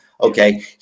Okay